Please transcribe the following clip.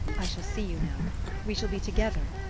i shall see you now we shall be together,